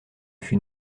fus